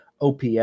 OPS